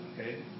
Okay